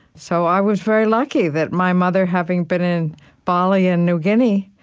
so i was very lucky that my mother, having been in bali and new guinea,